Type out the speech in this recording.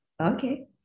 Okay